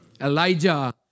Elijah